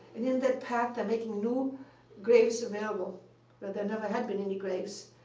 and in that path, they're making new graves available where there never had been any graves,